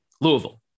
Louisville